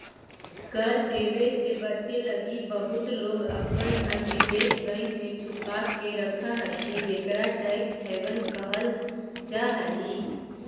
कर देवे से बचे लगी बहुत लोग अपन धन विदेशी बैंक में छुपा के रखऽ हथि जेकरा टैक्स हैवन कहल जा हई